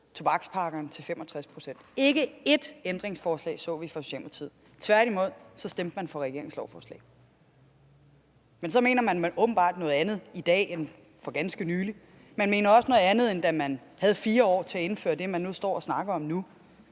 tobakspakkerne til at fylde 65 pct. Ikke ét ændringsforslag så vi fra Socialdemokratiets side. Tværtimod stemte man for regeringens lovforslag. Men man mener åbenbart noget andet i dag end for ganske nylig. Man mener også noget andet, end da man havde 4 år til at indføre det, man står og snakker om nu.